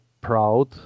proud